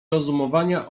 rozumowania